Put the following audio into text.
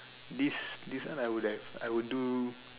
this this one I would have I would do